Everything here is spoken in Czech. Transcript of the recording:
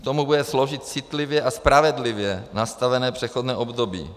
K tomu bude sloužit citlivě a spravedlivě nastavené přechodné období.